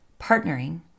partnering